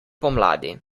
pomladi